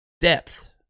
depth